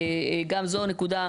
גם זו נקודה,